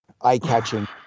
eye-catching